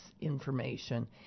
information